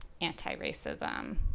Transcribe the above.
anti-racism